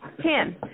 Ten